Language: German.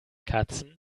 katzen